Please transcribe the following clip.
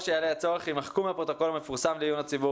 יימחקו מהפרוטוקול המפורסם לעיון הציבור